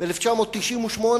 ב-1998,